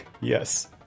yes